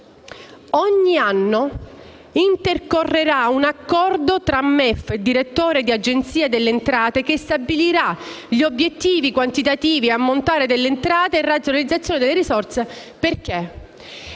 ogni anno intercorrerà un accordo tra MEF e direttore dell'Agenzia delle entrate che stabilirà gli obiettivi quantitativi, l'ammontare delle entrate e la razionalizzazione delle risorse. Perché?